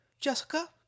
Jessica